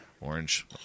Orange